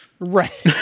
Right